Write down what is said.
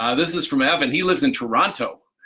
ah this is from evan he lives in toronto,